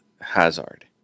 Hazard